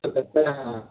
तो कितने हैं